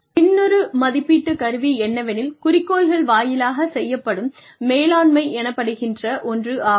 இன்னொரு மதிப்பீட்டுக் கருவி என்னவெனில் குறிக்கோள்கள் வாயிலாகச் செய்யப்படும் மேலாண்மை எனப்படுகின்ற ஒன்று ஆகும்